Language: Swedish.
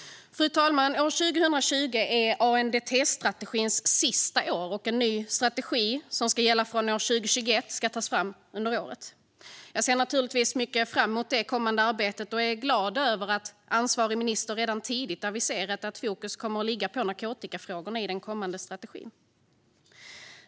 Fru talman! År 2020 är ANDT-strategins sista år, och en ny strategi som ska gälla från 2021 ska tas fram under året. Jag ser naturligtvis mycket fram emot det kommande arbetet och är glad över att ansvarig minister redan tidigt aviserat att fokus kommer att ligga på narkotikafrågorna i den kommande strategin.